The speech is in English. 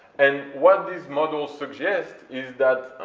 and what these models suggest is that